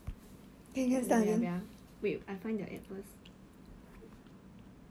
厚脸皮到 !walao! eh